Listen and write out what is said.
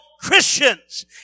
Christians